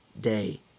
day